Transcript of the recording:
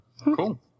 Cool